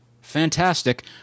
fantastic